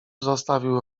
zostawił